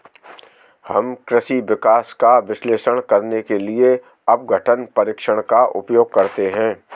हम कृषि विकास का विश्लेषण करने के लिए अपघटन परीक्षण का उपयोग करते हैं